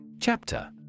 Chapter